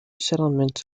settlement